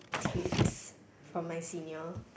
tips from my senior